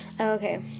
Okay